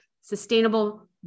sustainable